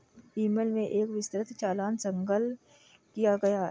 ई mail में एक विस्तृत चालान संलग्न किया है